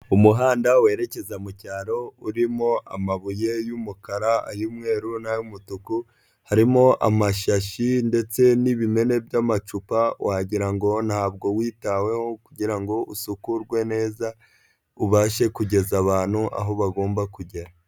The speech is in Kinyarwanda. Umuhanda werekeza mu cyaro urimo amabuye y'umukara ay'umweru n'ay'umutuku, harimo amashashi ndetse n'ibimene by'amacupa wagira ngo ntabwo witaweho kugira ngo usukurwe neza, ubashe kugeza abantu aho bagomba kugera.